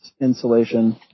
insulation